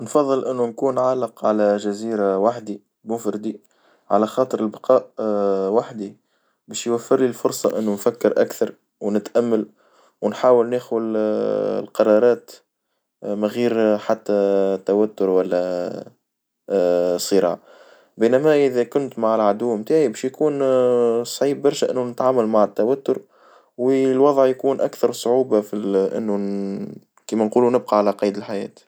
نفظل إنو نكون عالق على جزيرة وحدي، مفردي على خاطر البقاء وحدي، باش يوفر لي الفرصة إنو نفكر أكثر ونتأمل، ونحاول ناخل القرارات من غير حتى توتر والا صراع، بينما إذا كنت مع العدو متاعي باش يكون صعيب برشا إنو نتعامل مع التوتر، والوضع يكون أكثر صعوبة في إنو كيما نقولو نبقى على قيد الحياة.